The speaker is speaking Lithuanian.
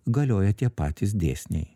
galioja tie patys dėsniai